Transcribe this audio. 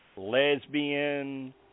lesbian